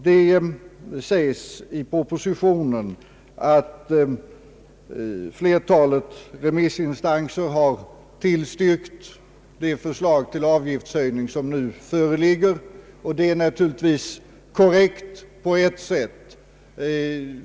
Det sägs i propositionen att flertalet remissinstanser har tillstyrkt det förslag till avgiftshöjning som nu föreligger, och det är naturligtvis korrekt på ett sätt.